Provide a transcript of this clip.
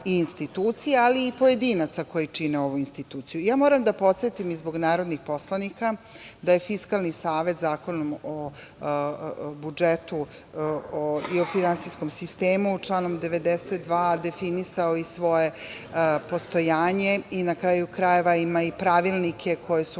i institucije, ali i pojedinaca koje čine ovu instituciju. Moram da podsetim i zbog narodnih poslanika da je Fiskalni savet Zakonom o budžetu i o finansijskom sistemu članom 92. definisao i svoje postojanje i na kraju krajeva ima i pravilnike koji su